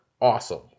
awesome